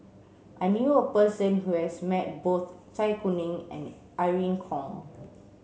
I knew a person who has met both Zai Kuning and Irene Khong